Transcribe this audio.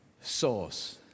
Source